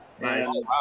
Nice